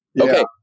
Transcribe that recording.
Okay